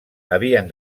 havien